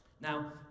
Now